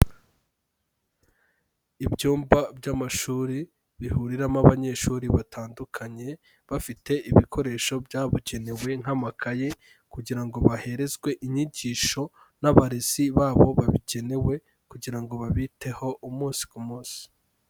Ibyumba by'amashuri bihuriramo abanyeshuri batandukanye, bafite ibikoresho byabukenewe nk'amakayi kugira ngo boherezwe inyigisho n'abarezi babo babigenewe kugira ngo babiteho umunsi ku munsi.